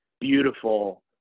beautiful